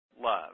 love